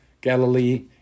Galilee